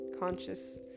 conscious